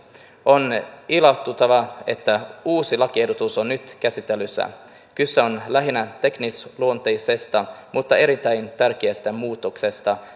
on ilahduttavaa että uusi lakiehdotus on nyt käsittelyssä kyse on lähinnä teknisluonteisesta mutta erittäin tärkeästä muutoksesta